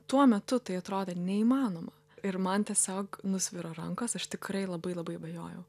tuo metu tai atrodė neįmanoma ir man tiesiog nusviro rankos aš tikrai labai labai abejojau